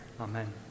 Amen